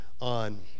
on